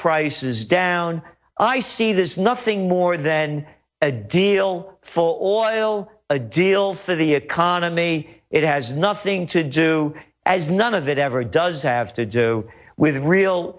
prices down i see there's nothing more than a deal for oil a deal for the economy it has nothing to do as none of it ever does have to do with real